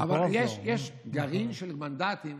אבל יש גרעין של מנדטים